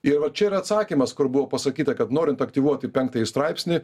ir va čia yra atsakymas kur buvo pasakyta kad norint aktyvuoti penktąjį straipsnį